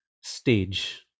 stage